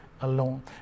alone